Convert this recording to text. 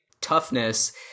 toughness